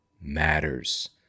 matters